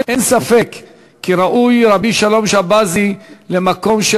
אין ספק כי ראוי רבי שלום שבזי למקום של